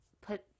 put